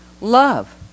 love